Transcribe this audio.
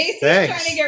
Thanks